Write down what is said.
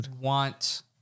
want